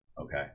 okay